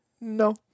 no